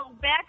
back